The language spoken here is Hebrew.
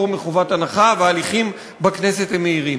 מחובת הנחה וההליכים בכנסת הם מהירים,